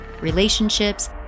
relationships